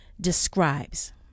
describes